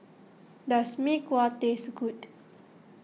does Mee Kuah taste good